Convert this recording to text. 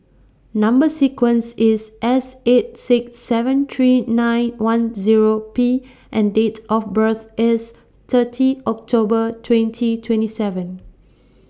Number sequence IS S eight six seven three nine one Zero P and Date of birth IS thirty October twenty twenty seven